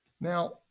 Now